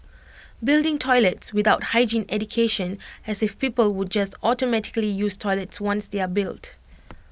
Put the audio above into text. building toilets without hygiene education as if people would just automatically use toilets once they're built